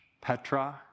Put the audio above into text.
Petra